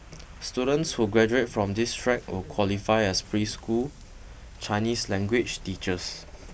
students who graduate from this track will qualify as preschool Chinese language teachers